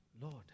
lord